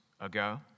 ago